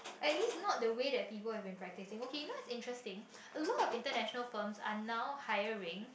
at least not the way that people have been practicing okay now is interesting a lot of international firms are now hiring